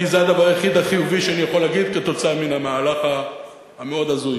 כי זה הדבר היחיד החיובי שאני יכול להגיד כתוצאה מן המהלך המאוד הזוי,